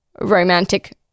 romantic